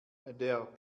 der